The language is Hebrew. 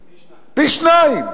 פי-שניים.